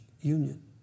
union